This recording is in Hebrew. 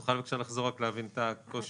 תוכל בבקשה לחזור כדי שנבין את הקושי?